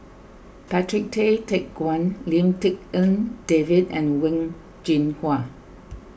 Patrick Tay Teck Guan Lim Tik En David and Wen Jinhua